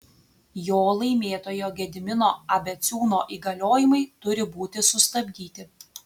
jo laimėtojo gedimino abeciūno įgaliojimai turi būti sustabdyti